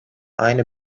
aynı